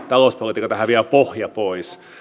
talouspolitiikalta häviää pohja pois